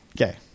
Okay